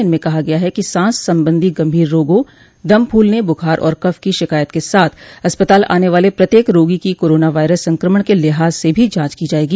इनमें कहा गया है कि सांस संबंधी गंभीर रोगों दम फूलने बुखार और कफ की शिकायत के साथ अस्पताल आने वाले प्रत्येक रोगी की कोरोना वायरस संक्रमण के लिहाज से भी जांच की जाएगी